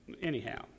anyhow